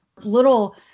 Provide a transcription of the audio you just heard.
Little